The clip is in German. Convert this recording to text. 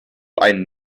ein